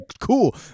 cool